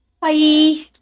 Bye